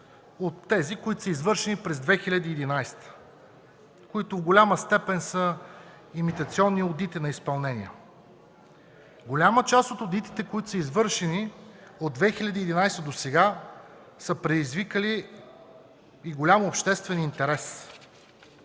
от тези, които са извършени през 2011 г., които в голяма степен са имитационни одити на изпълнения. Голяма част от одитите, които са извършени от 2011 г. досега са предизвикали и голям обществен интерес,